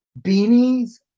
Beanie's